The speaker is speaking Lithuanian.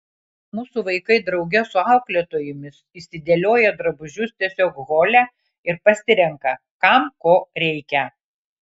mūsų vaikai drauge su auklėtojomis išsidėlioja drabužius tiesiog hole ir pasirenka kam ko reikia